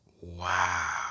Wow